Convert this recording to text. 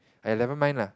!aiya! never mind lah